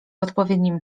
odpowiednim